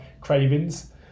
cravings